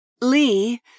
Lee